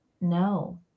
no